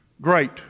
Great